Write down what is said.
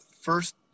First